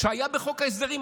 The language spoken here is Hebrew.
שהיה בחוק ההסדרים,